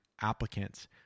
applicants